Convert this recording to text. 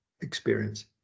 experience